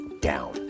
down